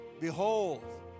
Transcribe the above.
Behold